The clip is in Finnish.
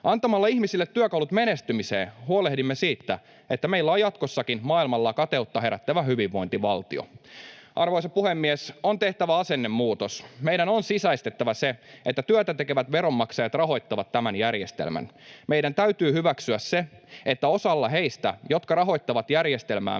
Antamalla ihmisille työkalut menestymiseen huolehdimme siitä, että meillä on jatkossakin maailmalla kateutta herättävä hyvinvointivaltio. Arvoisa puhemies! On tehtävä asennemuutos. Meidän on sisäistettävä se, että työtä tekevät veronmaksajat rahoittavat tämän järjestelmän. Meidän täytyy hyväksyä se, että osalla heistä, jotka rahoittavat järjestelmäämme,